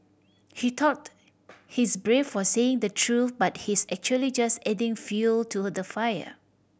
he thought he's brave for saying the truth but he's actually just adding fuel to the fire